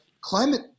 climate